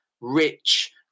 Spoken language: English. rich